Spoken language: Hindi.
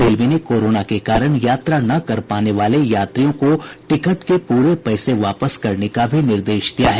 रेलवे ने कोरोना के कारण यात्रा न कर पाने वाले यात्रियों को टिकट के पूरे पैसे वापस करने का भी निर्देश दिया है